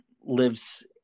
lives